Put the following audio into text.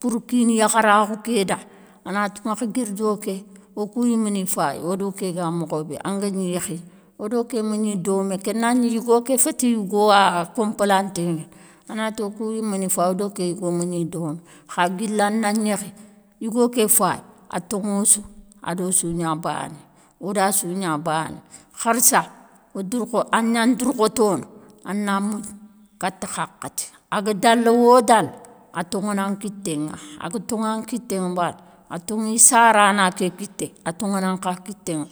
Pour kine yakharakhou ké da, a nate makhe guire do ké, wokou yime ni faye wo do ké ga mokho bé, an gué gni yékhine wo do ké mégni domé. Ké na gni yigo ké féte yigo a complanté nguéne, a na ti wokou yimé ni faye wo do ké yigo mégni domé. Xa guile an na gnékhi, yigo ké faye a toŋossou, a do sou nia bané, wo da sou nia bané. Xarsa an nian dourkhotone an na mougne kate khakati. A ga dale wo dale, a toŋone an kité ŋa. A ga toŋe an kité mbane, a toŋe i sarana ké kité a toŋone an kha kité ŋa.